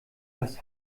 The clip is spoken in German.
was